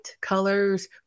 colors